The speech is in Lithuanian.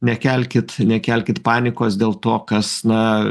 nekelkit nekelkit panikos dėl to kas na